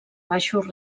baixos